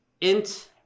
int